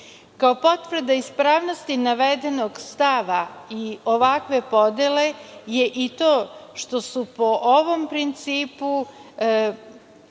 potvrda ispravnosti navedenog stava i ovakve podele je i to što su po ovom principu